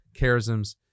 charisms